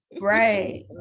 Right